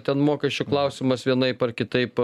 ten mokesčių klausimas vienaip ar kitaip